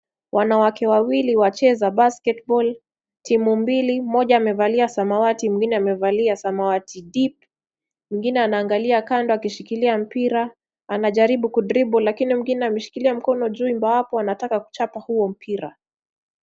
Wanawake wawili wacheza basket ball timu mbili, moja mmoja amevalia sawati, mewingine samawati deep , mwingine anaangalia kando akishikilia mpira. Anajaribu kudribble lakini mwingine ameshikilia mkono juu ingawapo anatakakuchapa huo mpira.